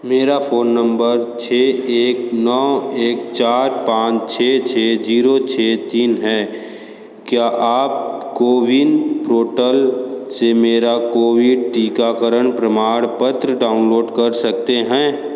मेरा phone number छः एक नौ एक चार पाँच छः छः जीरो छः तीन हैं क्या आप कोविन प्रोटल से मेरा कोवी टीकाकरण प्रमाणपत्र डाउनलोड कर सकते हैं